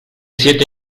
siete